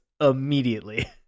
immediately